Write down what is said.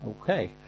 Okay